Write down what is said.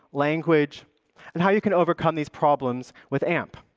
language and how you can overcome these problems with amp.